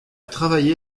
travaillé